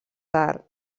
tard